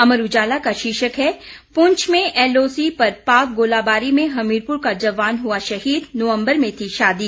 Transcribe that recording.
अमर उजाला का शीर्षक है पुंछ में एलओसी पर पाक गोलाबारी में हमीरपुर का जवान हुआ शहीद नंवबर में थी शादी